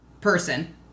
person